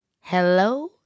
Hello